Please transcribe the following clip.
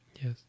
yes